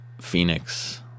phoenix